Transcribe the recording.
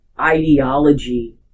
ideology